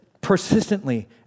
persistently